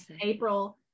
April